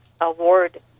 award